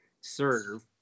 serve